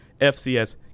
FCS